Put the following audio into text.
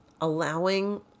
allowing